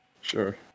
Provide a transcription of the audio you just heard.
Sure